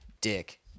dick